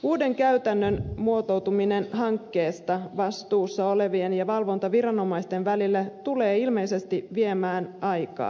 uuden käytännön muotoutuminen hankkeesta vastuussa olevien ja valvontaviranomaisten välille tulee ilmeisesti viemään aikaa